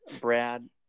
Brad